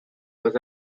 was